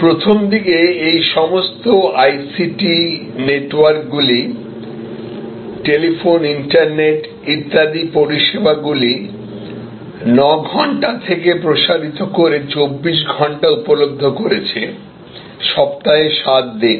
প্রথমদিকে এই সমস্ত আইসিটি নেটওয়ার্কগুলি টেলিফোন ইন্টারনেট ইত্যাদি পরিষেবাগুলি 9 ঘন্টা থেকে প্রসারিত করে 24 ঘন্টা উপলব্ধ করেছে সপ্তাহে 7 দিন